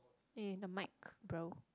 eh the mic bro